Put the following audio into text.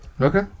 Okay